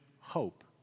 hope